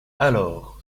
alors